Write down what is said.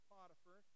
Potiphar